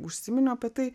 užsiminiau apie tai